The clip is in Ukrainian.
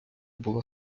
була